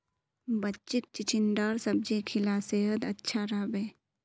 बच्चीक चिचिण्डार सब्जी खिला सेहद अच्छा रह बे